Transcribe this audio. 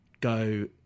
go